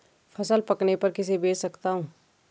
फसल पकने पर किसे बेच सकता हूँ?